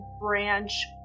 branch